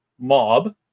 mob